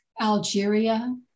Algeria